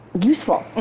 useful